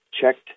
checked